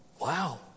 Wow